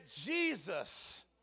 Jesus